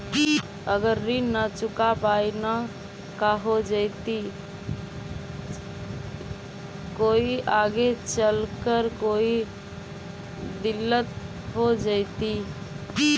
अगर ऋण न चुका पाई न का हो जयती, कोई आगे चलकर कोई दिलत हो जयती?